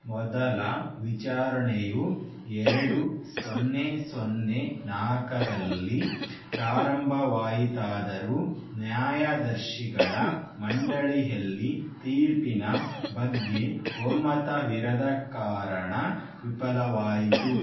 ಮೊದಲ ವಿಚಾರಣೆಯು ಎರಡು ಸೊನ್ನೆ ಸೊನ್ನೆ ನಾಲ್ಕರಲ್ಲಿ ಪ್ರಾರಂಭವಾಯಿತಾದರೂ ನ್ಯಾಯದರ್ಶಿಗಳ ಮಂಡಳಿಯಲ್ಲಿ ತೀರ್ಪಿನ ಬಗ್ಗೆ ಒಮ್ಮತವಿರದ ಕಾರಣ ವಿಫಲವಾಯಿತು